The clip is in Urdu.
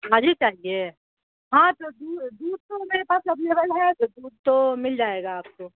آج ہی چاہیے ہاں تو دو دودھ تو میرے پاس اویلیبل ہے تو دودھ تو مل جائے گا آپ کو